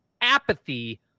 apathy